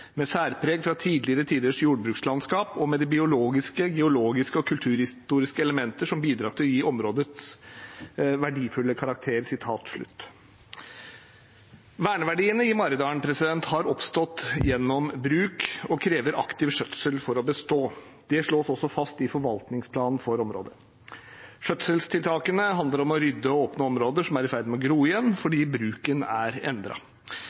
med særpreg fra tidligere tiders jordbrukslandskap, og med de biologiske, geologiske og kulturhistoriske elementer som bidrar til å gi området dets verdifulle karakter». Verneverdiene i Maridalen har oppstått gjennom bruk og krever aktiv skjøtsel for å bestå. Det slås også fast i forvaltningsplanen for området. Skjøtselstiltakene handler om å rydde og åpne områder som er i ferd med å gro igjen fordi bruken er